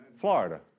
Florida